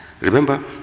Remember